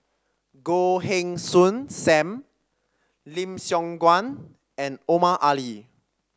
Goh Heng Soon Sam Lim Siong Guan and Omar Ali